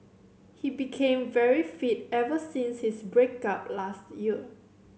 he became very fit ever since his break up last year